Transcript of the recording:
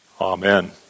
Amen